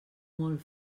molt